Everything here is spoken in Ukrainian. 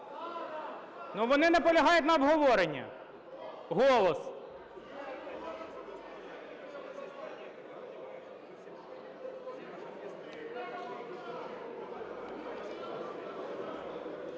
Ну вони наполягають на обговоренні. "Голос".